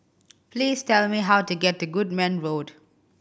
please tell me how to get to Goodman Road